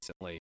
recently